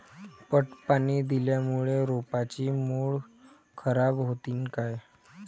पट पाणी दिल्यामूळे रोपाची मुळ खराब होतीन काय?